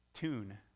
tune